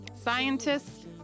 Scientists